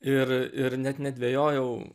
ir ir net nedvejojau